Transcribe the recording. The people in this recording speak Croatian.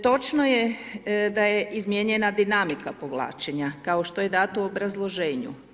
Točno je da je izmijenjena dinamika povlačenja, kao što je dato u obrazloženju.